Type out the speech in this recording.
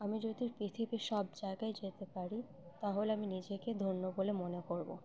আমি যদি পৃথিবীর সব জায়গায় যেতে পারি তাহলে আমি নিজেকে ধন্য বলে মনে করব